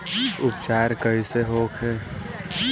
उपचार कईसे होखे?